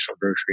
grocery